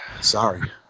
Sorry